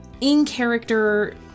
In-character